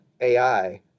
AI